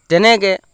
তেনেকৈ